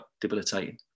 debilitating